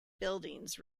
buildings